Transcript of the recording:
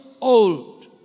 old